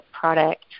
product